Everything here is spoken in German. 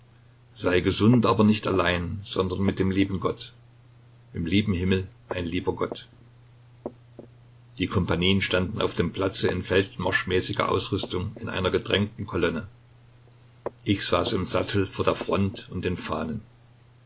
sei gesund aber nicht allein sondern mit dem lieben gott im lieben himmel ein lieber gott die kompanien standen auf dem platze in feldmarschmäßiger ausrüstung in einer gedrängten kolonne ich saß im sattel vor der front und den fahnen